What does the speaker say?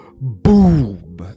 boom